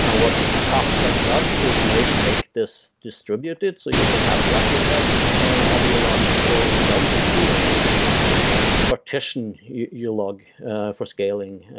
and what kafka does is make make this distributed so you can have replicas ah of your logs for redundancy and you can partition your log for scaling,